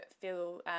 feel